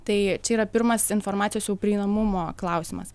tai čia yra pirmas informacijos jau prieinamumo klausimas